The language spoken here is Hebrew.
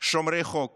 שומרי חוק